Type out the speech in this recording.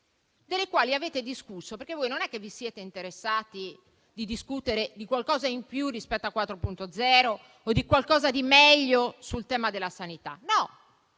delle quali avete discusso. Non vi siete interessati di discutere di qualcosa in più rispetto a Industria 4.0 o di qualcosa di meglio sul tema della sanità. No,